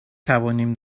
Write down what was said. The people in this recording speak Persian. توانیم